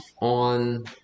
on